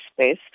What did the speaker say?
space